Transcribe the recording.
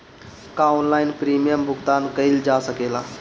का online premium भुगतान कईल जा सकेला?